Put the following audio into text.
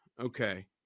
Okay